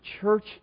church